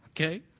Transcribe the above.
Okay